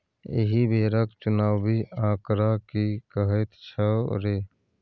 एहि बेरक चुनावी आंकड़ा की कहैत छौ रे